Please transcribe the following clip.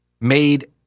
made